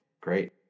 Great